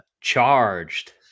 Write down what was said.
Charged